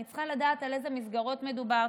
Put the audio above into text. אני צריכה לדעת על אילו מסגרות מדובר.